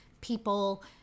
people